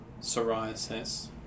psoriasis